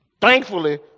Thankfully